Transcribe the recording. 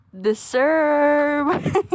deserve